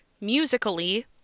musically